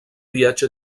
viatge